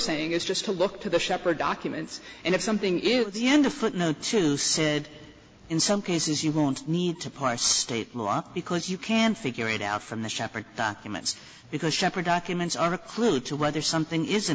saying is just to look to the shepherd documents and if something is the end of footnote to said in some cases you won't need to parse state law because you can't figure it out from the shepherd documents because shepherd documents are a clue to whether something is a